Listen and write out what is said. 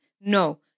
No